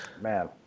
man